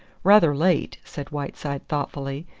rather late, said whiteside thoughtfully.